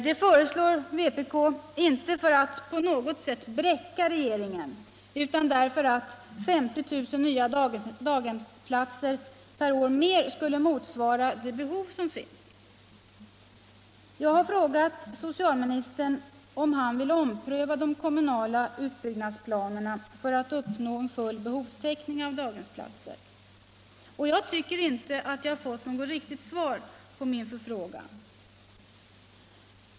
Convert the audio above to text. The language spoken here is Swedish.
Vpk gör inte detta för att på något sätt bräcka regeringen, utan därför att 50 000 nya daghemsplatser per år bättre skulle motsvara det behov som finns. Jag har frågat socialministern om han vill ompröva de kommunala utbyggnadsplanerna för att uppnå full behovstäckning av daghemsplatser. Jag tycker inte att jag fått något riktigt svar på min fråga.